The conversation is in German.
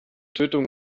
tötung